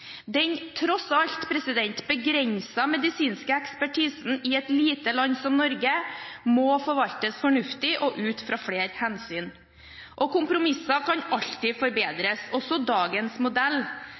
Den tross alt begrensede medisinske ekspertisen i et lite land som Norge må forvaltes fornuftig og ut fra flere hensyn. Kompromisser kan alltid